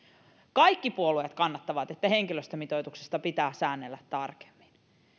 kaikki puolueet kannattavat sitä että henkilöstömitoituksesta pitää säännellä tarkemmin